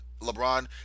LeBron